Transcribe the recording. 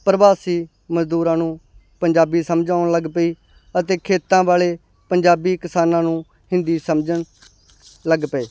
ਪਰਵਾਸੀ ਮਜ਼ਦੂਰਾਂ ਨੂੰ ਪੰਜਾਬੀ ਸਮਝ ਆਉਣ ਲੱਗ ਪਈ ਅਤੇ ਖੇਤਾਂ ਵਾਲੇ ਪੰਜਾਬੀ ਕਿਸਾਨਾਂ ਨੂੰ ਹਿੰਦੀ ਸਮਝਣ ਲੱਗ ਪਏ